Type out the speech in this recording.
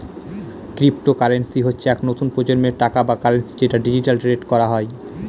cryptocurrency হচ্ছে এক নতুন প্রজন্মের টাকা বা কারেন্সি যেটা ডিজিটালি ট্রেড করা হয়